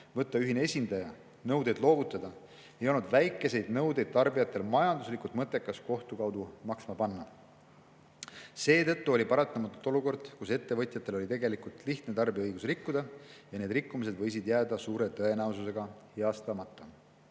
võtta ühine esindaja ja nõudeid loovutada, ei olnud väikeseid nõudeid tarbijatel majanduslikult mõttekas kohtu kaudu maksma panna. Seetõttu oli paratamatult olukord, kus ettevõtjatel oli tegelikult lihtne tarbija õigusi rikkuda, ja need rikkumised võisid jääda suure tõenäosusega heastamata.